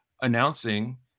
Announcing